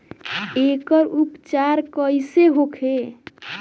एकर उपचार कईसे होखे?